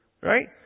right